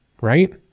right